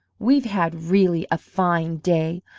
we've had really a fine day!